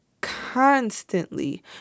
constantly